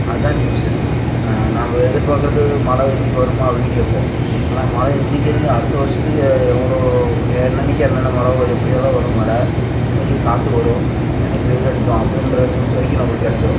அதுதான் நியூஸு நாம் எதிர்பார்க்கறது மழை இன்றைக்கு வருமா அப்படின்னு கேட்போம் ஆனால் மழை இன்றைக்கியிருந்து அடுத்த வருஷத்துக்கு எவ்வளோ என்னெனறைக்கி என்னென்ன மழை வ எப்படியெல்லாம் வரும் மழை எனறைக்கி காற்று வரும் என்றைக்கி வெயில் அடிக்கும் அப்படின்ற நியூஸ் வரைக்கும் நம்மளுக்கு கிடச்சிடும்